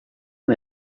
and